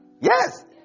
Yes